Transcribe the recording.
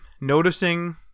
noticing